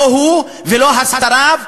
לא הוא ולא שריו,